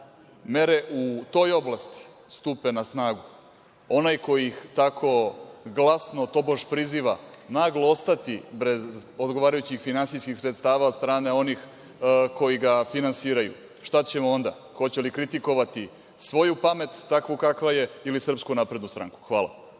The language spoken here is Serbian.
mere u toj oblasti stupe na snagu, onaj koji ih tako glasno tobož priziva naglo ostati bez odgovarajućih finansijskih sredstava od strane onih koji ga finansiraju. Šta ćemo onda? Hoće li kritikovati svoju pamet, takvu kakva je, ili SNS? Hvala.